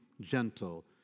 gentle